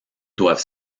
doivent